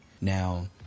Now